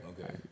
Okay